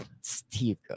Steve